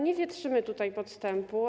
Nie wietrzymy tutaj podstępu.